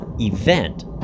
event